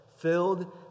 filled